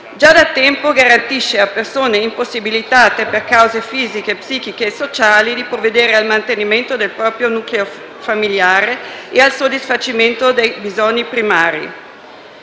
già da tempo garantisce a persone impossibilitate per cause fisiche, psichiche e sociali di provvedere al mantenimento del proprio nucleo familiare e al soddisfacimento dei bisogni primari.